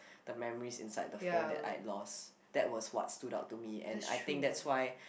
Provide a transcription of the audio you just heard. the memories inside the phone that I lost that was what stood out to me and I think that's why